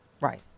right